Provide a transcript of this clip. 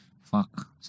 Fuck